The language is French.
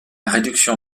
réduction